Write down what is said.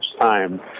time